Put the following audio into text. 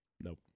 Nope